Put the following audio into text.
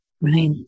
right